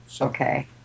Okay